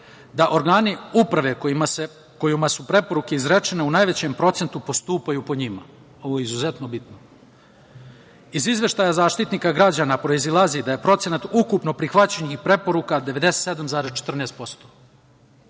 da organi uprave kojima su preporuke izrečene u najvećem procentu postupaju po njima. Ovo je izuzetno bitno. Iz Izveštaja Zaštitnika građana proizilazi da je procenat ukupno prihvaćenih preporuka 97,14%.